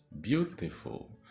beautiful